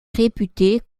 réputé